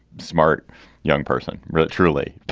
smart young person, truly.